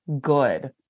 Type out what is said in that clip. good